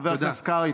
חבר הכנסת קרעי,